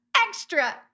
extra